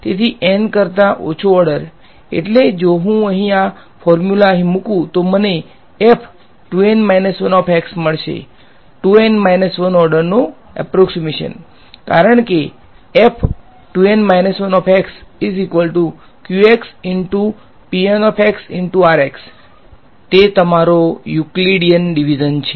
તેથી N કરતાં ઓછો ઓર્ડર એટલે કે જો હું અહીં આ ફોર્મ્યુલા અહી મુકુ તો મને મળશે 2 N 1 ઓર્ડર નો એપોર્ક્ષીમેશન કારણ કે તે તમારો યુક્લિડિયન ડીવીઝન છે